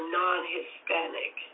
non-Hispanic